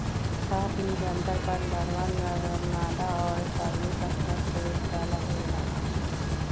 छः दिन के अंतर पर लारवा, नरमादा और श्रमिक स्पष्ट रूप से अलग होवे लगा हई